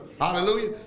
Hallelujah